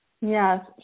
Yes